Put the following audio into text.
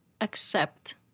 accept